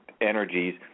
energies